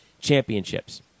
championships